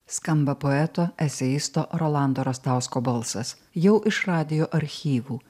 skamba poeto eseisto rolando rastausko balsas jau iš radijo archyvų